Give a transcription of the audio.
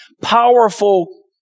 powerful